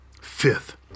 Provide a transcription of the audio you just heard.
Fifth